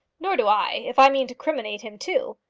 nor do i if i mean to criminate him too.